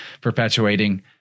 perpetuating